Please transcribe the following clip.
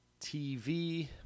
TV